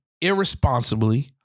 irresponsibly